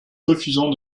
refusant